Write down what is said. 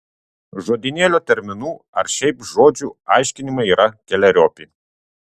žodynėlio terminų ar šiaip žodžių aiškinimai yra keleriopi